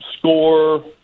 score